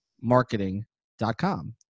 marketing.com